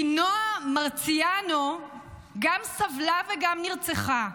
כי נועה מרציאנו גם סבלה וגם נרצחה,